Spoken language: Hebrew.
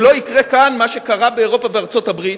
שלא יקרה כאן מה שקרה באירופה ובארצות-הברית.